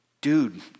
dude